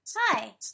Hi